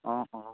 অঁ অঁ